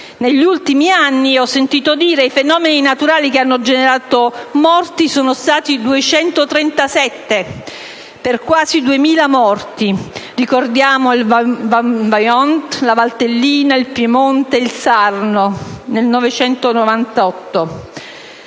Negli ultimi anni - ho sentito dire - i fenomeni naturali che hanno generato morte sono stati 237, con quasi 2.000 vittime. Ricordiamo il Vajont, la Valtellina, il Piemonte, il Sarno (nel 1998).